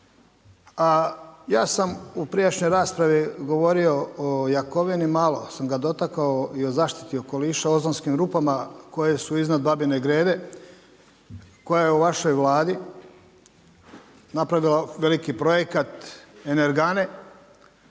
ja sam u prijašnjoj raspravi govorio o Jakovini, malo sam ga dotakao i o zaštiti okoliša, ozonskim rupama koje su iznad Babine Grede koja je u vašoj vladi napravila veliki projekat Energane,